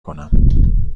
کنم